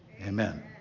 amen